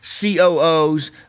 COOs